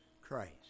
Christ